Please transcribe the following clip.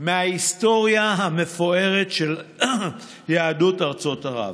מההיסטוריה המפוארת של יהדות ארצות ערב.